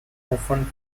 often